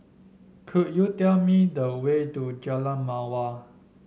could you tell me the way to Jalan Mawar